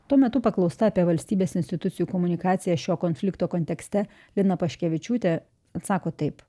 tuo metu paklausta apie valstybės institucijų komunikaciją šio konflikto kontekste lina paškevičiūtė atsako taip